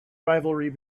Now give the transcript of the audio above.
rivalry